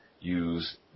use